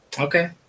Okay